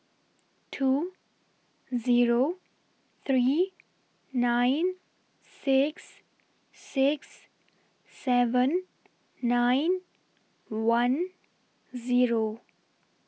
two Zero three nine six six seven nine one Zero